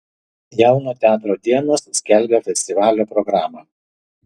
jauno teatro dienos skelbia festivalio programą